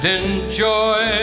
enjoy